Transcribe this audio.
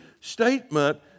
statement